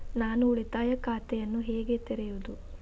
ನಾನು ಉಳಿತಾಯ ಖಾತೆಯನ್ನು ಹೇಗೆ ತೆರೆಯುವುದು?